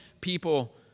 people